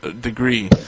degree